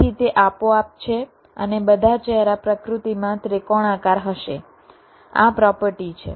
તેથી તે આપોઆપ છે અને બધા ચહેરા પ્રકૃતિમાં ત્રિકોણાકાર હશે આ પ્રોપર્ટી છે